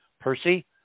Percy